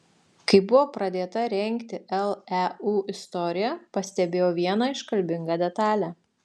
kai buvo pradėta rengti leu istorija pastebėjau vieną iškalbingą detalę